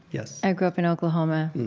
yes i grew up in oklahoma.